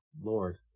lord